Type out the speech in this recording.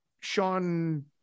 Sean